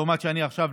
לעומת עכשיו,